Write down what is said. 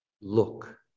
Look